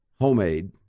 homemade